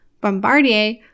Bombardier